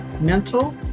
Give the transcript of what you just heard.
mental